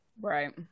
Right